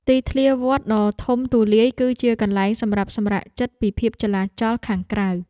ទីធ្លាវត្តដ៏ធំទូលាយ គឺជាកន្លែងសម្រាប់សម្រាកចិត្តពីភាពចលាចលខាងក្រៅ។